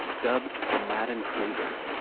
dubbed the madden cruiser.